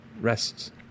rests